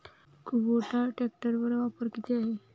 Kubota ट्रॅक्टरवर offer किती आहे?